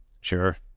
sure